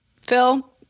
Phil